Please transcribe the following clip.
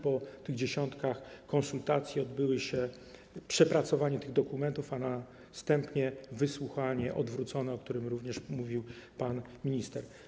Po tych dziesiątkach konsultacji odbyło się przepracowanie tych dokumentów, a następnie wysłuchanie odwrócone, o którym również mówił pan minister.